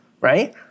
right